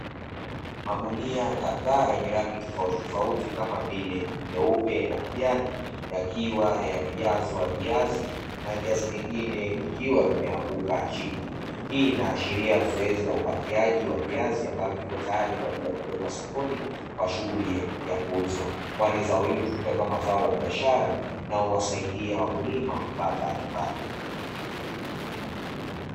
Magunia kadhaa yenye rangi tofauti tofauti kama vile nyeupe na kijani yakiwa yamejazwa viazi na viazi vingine vikiwa vimeanguka chini. Nii inaashiria zoezi la upakiaji wa viazi ambavyo viko tayari kwa ajili ya kupelekwa sokoni kwa shughuli ya kuuzwa kwani zao hili hutumika kama zao la biashara na uwasaidie wakulima kupata kipato.